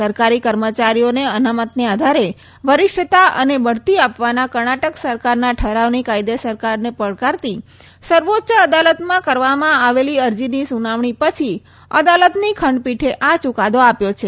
સરકારી કર્મચારીઓને અનામતના આધારે વરિષ્ઠતા અને બઢતી આપવાના કર્ણાટક સરકારના ઠરાવની કાયદેસરતાને પડકારતી સર્વોચ્ય અદાલતમાં કરવામાં આવેલી અરજીની સુનાવણી પછી અદાલતની ખંડપીઠે આ ચુકાદો આપ્યો છે